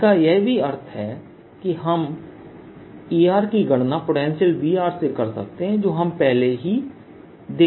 इसका यह भी अर्थ है कि हमErकी गणना पोटेंशियल Vr से कर सकते हैं जो हम पहले ही देख चुके हैं